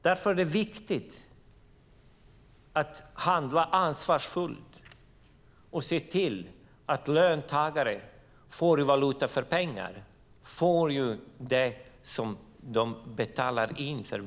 Därför är det viktigt att handla ansvarsfullt och se till att löntagarna får valuta för pengarna, att de får det som de betalar in för.